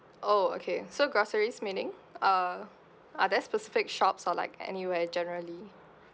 oh okay so groceries meaning uh are there specific shops or like anywhere generally